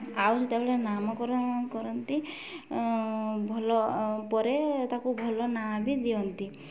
ଆଉ ଯେତେବେଳେ ନାମକରଣ କରନ୍ତି ଭଲ ପରେ ତାକୁ ଭଲ ନାଁ ବି ଦିଅନ୍ତି